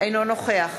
אינו נוכח